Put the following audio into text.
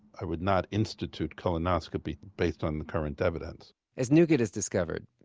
i would not institute colonoscopy based on the current evidence as neugut has discovered,